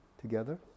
together